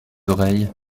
oreilles